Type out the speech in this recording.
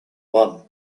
one